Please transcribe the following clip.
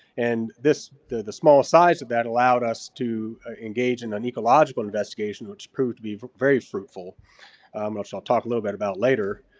and this the small size of that allowed us to engage in an ecological investigation which proved to be very fruitful which i'll talk a little bit about later.